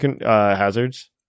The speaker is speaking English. hazards